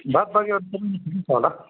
बात बाँकी अरू त सबै ठिकै छ होला